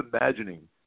imagining